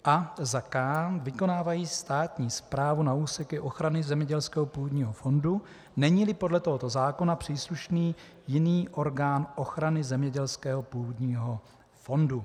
k) vykonávají státní správu na úseku ochrany zemědělského půdního fondu, neníli podle tohoto zákona příslušný jiný orgán ochrany zemědělského půdního fondu.